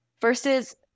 versus